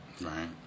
Right